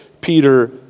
Peter